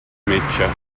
metge